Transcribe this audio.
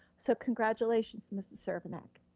so congratulations, mrs. so crkvenac.